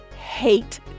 hate